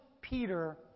Peter